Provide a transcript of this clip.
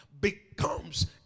Becomes